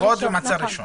הוכחות ומעצר ראשון.